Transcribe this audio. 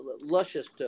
luscious